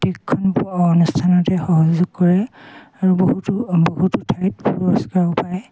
প্ৰত্যেকখন অনুষ্ঠানতে সহযোগ কৰে আৰু বহুতো বহুতো ঠাইত পুৰস্কাৰো পায়